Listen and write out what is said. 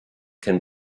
can